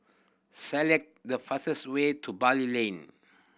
select the fastest way to Bali Lane